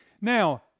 Now